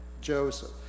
Joseph